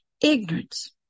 ignorance